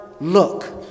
look